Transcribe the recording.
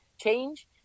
change